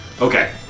Okay